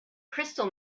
crystal